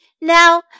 Now